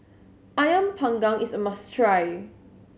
Ayam Panggang is a must try